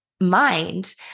mind